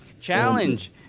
challenge